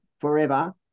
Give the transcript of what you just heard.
forever